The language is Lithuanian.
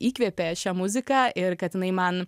įkvėpė šia muzika ir kad jinai man